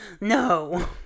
no